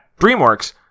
DreamWorks